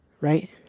right